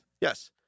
Yes